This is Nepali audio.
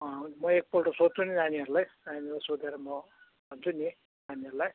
म एकपल्ट सोध्छु नि नानीहरूलाई नानीहरूलाई सोधेर म भन्छु नि नानीहरूलाई